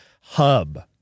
hub